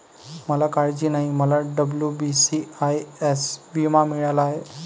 मला काळजी नाही, मला डब्ल्यू.बी.सी.आय.एस विमा मिळाला आहे